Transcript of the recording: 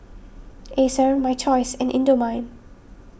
Acer My Choice and Indomie